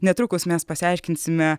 netrukus mes pasiaiškinsime